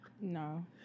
No